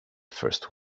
first